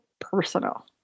personal